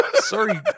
Sorry